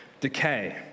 decay